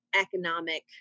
economic